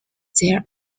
there